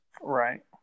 Right